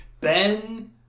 Ben